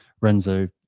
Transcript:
renzo